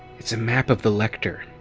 it's a map of the lector,